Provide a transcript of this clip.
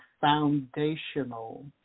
foundational